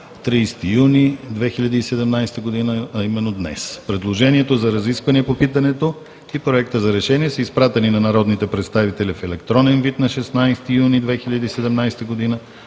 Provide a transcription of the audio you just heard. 30 юни 2017 г., а именно днес. Предложението за разисквания по питането и Проекта за решение са изпратени на народните представители в електронен вид на 16 юни 2017 г.,